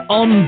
on